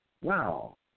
wow